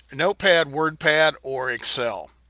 notepad, wordpad, or excel,